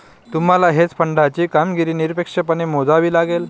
तुम्हाला हेज फंडाची कामगिरी निरपेक्षपणे मोजावी लागेल